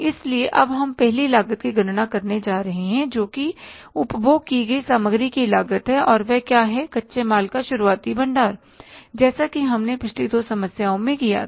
इसलिए अब हम पहली लागत की गणना करने जा रहे हैं जोकि उपभोग की गई सामग्री की लागत है और वह क्या है कच्चे माल का शुरुआती भंडार जैसा की हमने पिछली दो समस्याओं में किया था